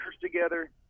together